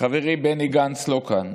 חברי בני גנץ לא כאן,